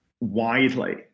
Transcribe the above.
widely